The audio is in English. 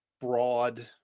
broad